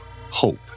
hope